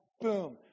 boom